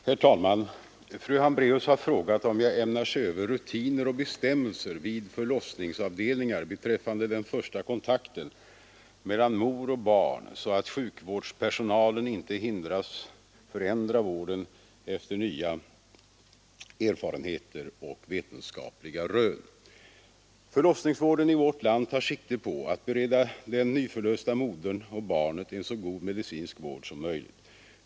Herr talman! Fru Hambraeus har frågat om jag ämnar se över rutiner och bestämmelser vid förlossningsavdelningar beträffande den första kontakten mellan mor och barn så att sjukvårdspersonalen inte hindras förändra vården efter nya erfarenheter och vetenskapliga rön. Förlossningsvården i vårt land tar sikte på att bereda den nyförlösta modern och barnet en så god medicinsk vård som möjligt.